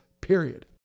period